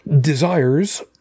desires